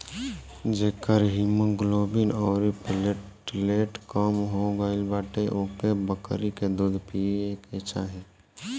जेकर हिमोग्लोबिन अउरी प्लेटलेट कम हो गईल बाटे ओके बकरी के दूध पिए के चाही